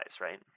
right